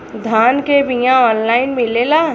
धान के बिया ऑनलाइन मिलेला?